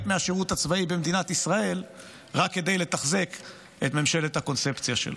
מהשירות הצבאי במדינת ישראל רק כדי לתחזק את ממשלת הקונספציה שלו.